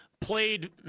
played